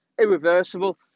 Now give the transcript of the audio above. irreversible